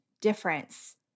difference